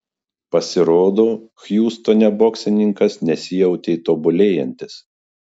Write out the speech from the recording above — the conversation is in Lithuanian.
pasirodo hjustone boksininkas nesijautė tobulėjantis